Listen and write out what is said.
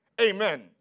Amen